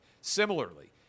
Similarly